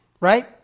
Right